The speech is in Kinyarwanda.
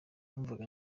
numvaga